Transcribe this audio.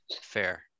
Fair